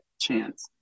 chance